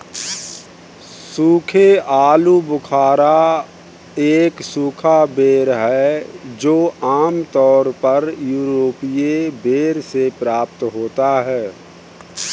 सूखे आलूबुखारा एक सूखा बेर है जो आमतौर पर यूरोपीय बेर से प्राप्त होता है